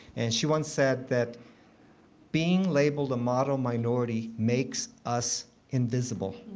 and she once said that being labeled a model minority makes us invisible.